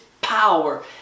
power